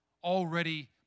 already